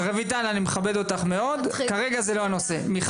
רויטל, אני מכבד אותך מאוד, כרגע זה לא הנושא.